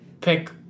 Pick